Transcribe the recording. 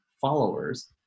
followers